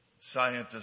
Scientists